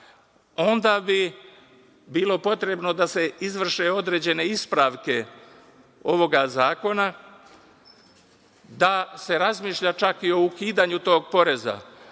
onda bi bilo potrebno da se izvrše određene ispravke ovog zakona, da se razmišlja čak i o ukidanju tog poreza.